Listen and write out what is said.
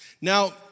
Now